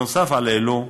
נוסף על אלו,